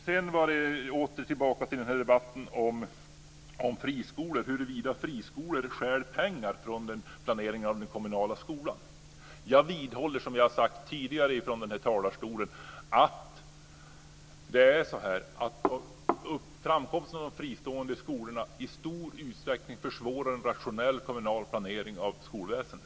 Sedan åter till debatten om friskolor, om huruvida friskolor stjäl pengar från planeringen av den kommunala skolan. Jag vidhåller, som jag tidigare har sagt från den här talarstolen, att tillkomsten av de fristående skolorna i stor utsträckning försvårar en rationell kommunal planering av skolväsendet.